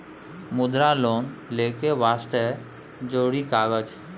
मुद्रा लोन लेके वास्ते जरुरी कागज?